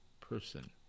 person